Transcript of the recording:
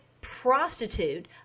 prostitute